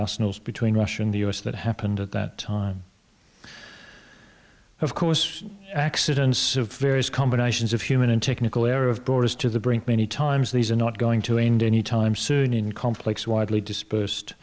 arsenals between russia and the us that happened at that time of course accidents of various combinations of human and technical error of borders to the brink many times these are not going to end anytime soon in complex widely dispersed